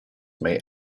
may